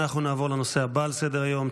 אנחנו נעבור לנושא הבא על סדר-היום,